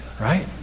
Right